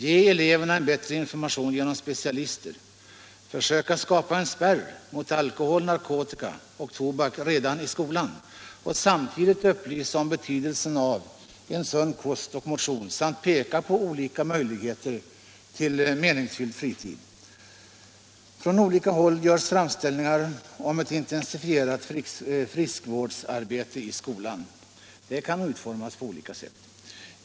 —- Ge eleverna en bättre information genom specialister. —- Försöka skapa en spärr mot alkohol, narkotika och tobak redan i skolan och samtidigt upplysa om betydelsen av en sund kost och motion samt peka på olika möjligheter till meningsfylld fritid. Från olika håll görs framställningar om ett intensifierat friskvårdsarbete i skolan. Det kan utformas på olika sätt.